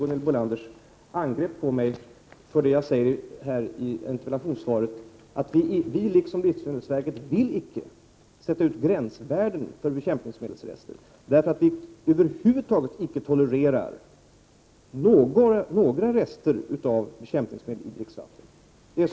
Jag delar helt verkets bedömning i frågan. Livsmedelsverket har nyligen beslutat om skärpta regler på detta område.